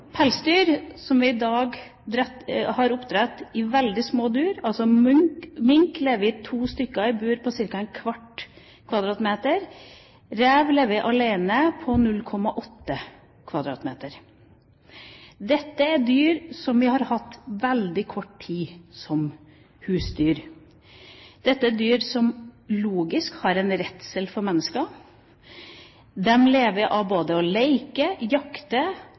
Pelsdyr som vi i dag har i oppdrett, lever i veldig små bur. Mink lever to stykker i bur på 0,25 m2. Rev lever alene på 0,8 m2. Dette er dyr som vi har hatt som husdyr i veldig kort tid. Dette er dyr som logisk har en redsel for mennesker. De lever av å leke, jakte,